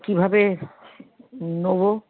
কীভাবে নেব